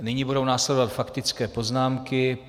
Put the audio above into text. Nyní budou následovat faktické poznámky.